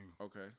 Okay